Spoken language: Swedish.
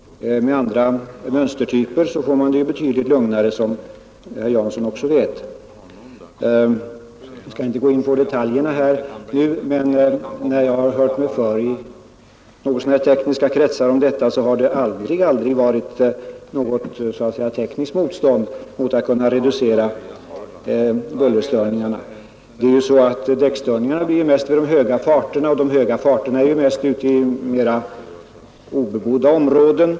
Med andra mönstertyper blir det betydligt mindre buller, vilket herr Jansson också vet. Jag skall inte gå in på detaljerna här, men när jag har hört mig för om detta i tekniska kretsar har det aldrig varit något så att säga ”tekniskt motstånd” mot att kunna reducera bullerstörningarna. Däckstörningarna uppstår mest vid de höga farterna, och de höga farterna förekommer ju vanligen ute i mera obebodda områden.